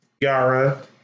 Yara